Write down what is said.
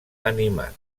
animat